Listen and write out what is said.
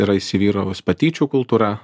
yra įsivyravus patyčių kultūra